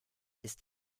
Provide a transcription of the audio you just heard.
ist